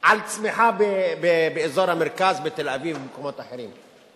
על צמיחה באזור המרכז, בתל-אביב ובמקומות אחרים.